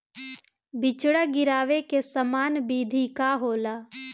बिचड़ा गिरावे के सामान्य विधि का होला?